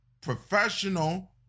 professional